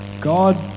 God